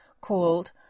called